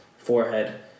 forehead